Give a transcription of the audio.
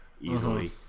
easily